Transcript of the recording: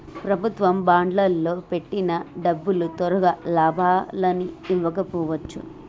ప్రభుత్వ బాండ్లల్లో పెట్టిన డబ్బులు తొరగా లాభాలని ఇవ్వకపోవచ్చు